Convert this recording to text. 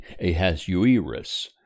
Ahasuerus